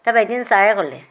তাৰপৰা এদিন ছাৰে ক'লে